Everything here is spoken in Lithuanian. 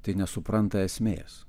tai nesupranta esmės